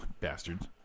Bastards